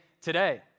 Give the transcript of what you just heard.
today